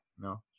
No